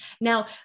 Now